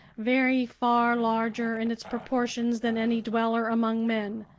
very far larger in its proportions than any dweller among men,